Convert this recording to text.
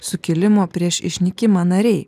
sukilimo prieš išnykimą nariai